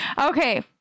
okay